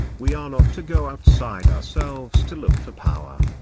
we are not to go outside ourselves to look for power.